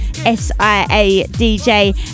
s-i-a-d-j